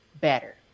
better